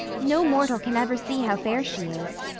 no mortal can ever see how fair she is.